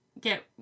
get